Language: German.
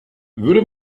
würde